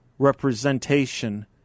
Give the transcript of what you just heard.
representation